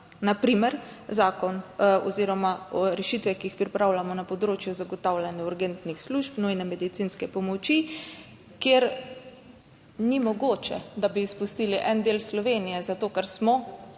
na primer zakon oziroma rešitve, ki jih pripravljamo na področju zagotavljanja urgentnih služb nujne medicinske pomoči, kjer ni mogoče, da bi izpustili en del Slovenije, zato ker smo